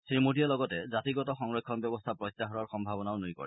শ্ৰীমোডীয়ে লগতে জাতিগত সংৰক্ষণ ব্যৱস্থা প্ৰত্যাহাৰৰ সম্ভাৱনাও নুই কৰে